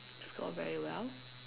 score very well